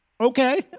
Okay